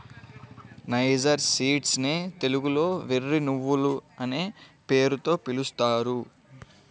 niger seeds నే తెలుగులో వెర్రి నువ్వులనే పేరుతో పిలుస్తారు